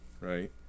Right